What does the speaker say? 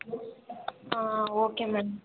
ಹಾಂ okay ma'am